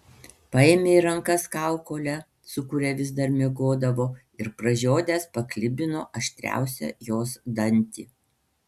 paėmė į rankas kaukolę su kuria vis dar miegodavo ir pražiodęs paklibino aštriausią jos dantį